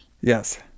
yes